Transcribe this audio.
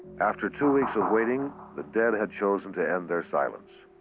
after two weeks of waiting, the dead had chosen to end their silence.